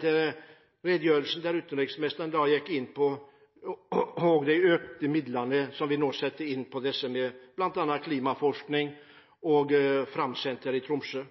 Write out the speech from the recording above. til redegjørelsen, der utenriksministeren gikk inn på de økte midlene vi nå setter inn på disse områdene, med bl.a. klimaforskning og Framsenteret i Tromsø.